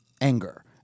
anger